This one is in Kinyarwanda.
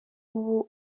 ubu